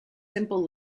simple